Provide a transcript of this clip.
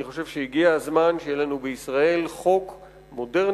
אני חושב שהגיע הזמן שיהיה לנו בישראל חוק מודרני,